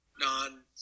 Non